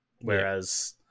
whereas